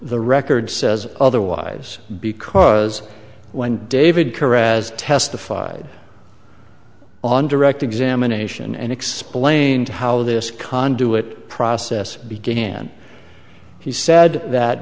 the record says otherwise because when david caress testified on direct examination and explained how this conduit process began he said that